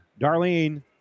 Darlene